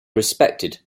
respected